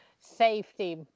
safety